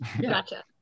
Gotcha